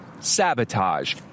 Sabotage